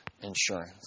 insurance